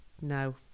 No